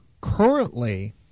currently